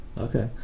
Okay